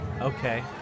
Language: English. Okay